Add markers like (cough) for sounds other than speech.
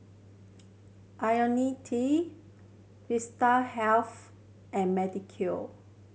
Ionil T Vitahealth and (unintelligible)